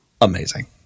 Amazing